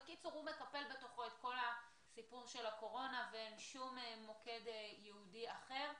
הוא מקפל בתוכו את כל הסיפור של הקורונה ואין שום מוקד ייעודי אחר.